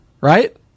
right